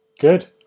Good